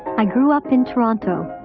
i grew up in toronto,